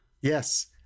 Yes